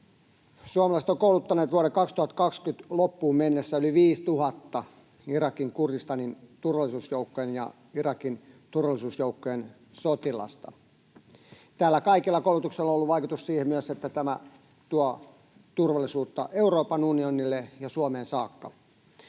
Suomalaiset ovat kouluttaneet vuoden 2020 loppuun mennessä yli 5 000 Irakin Kurdistanin turvallisuusjoukkojen ja Irakin turvallisuusjoukkojen sotilasta. Tällä kaikella koulutuksella on ollut vaikutus myös siihen, että tämä tuo turvallisuutta Euroopan unionille ja Suomeen saakka.